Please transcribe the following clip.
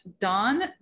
Don